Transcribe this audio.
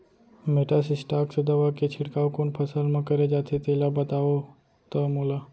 Metasystox दवा के छिड़काव कोन फसल म करे जाथे तेला बताओ त मोला?